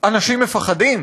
אנשים מפחדים,